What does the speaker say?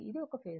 ఇది ఒక ఫేసర్